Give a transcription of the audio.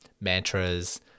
mantras